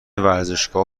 ورزشگاه